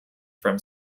from